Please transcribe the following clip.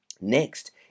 Next